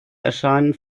erscheinen